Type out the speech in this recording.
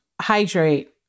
Hydrate